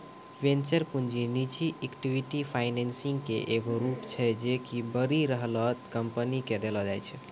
venture पूंजी निजी equity financing के एगो रूप छै जे कि बढ़ि रहलो कंपनी के देलो जाय छै